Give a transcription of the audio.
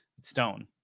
stone